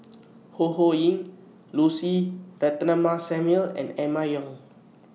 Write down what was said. Ho Ho Ying Lucy Ratnammah Samuel and Emma Yong